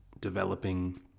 developing